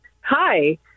Hi